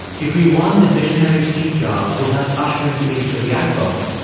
if we want the visionary steve jobs who helped usher in the age of the iphone,